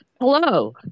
Hello